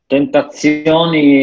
Tentazioni